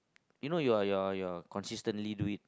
you know you're you're you're consistently do it